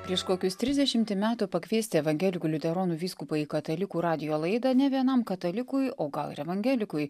prieš kokius trisdešimt metų pakviesti evangelikų liuteronų vyskupą į katalikų radijo laidą ne vienam katalikui o gal ir evangelikui